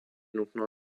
nutno